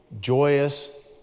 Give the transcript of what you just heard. joyous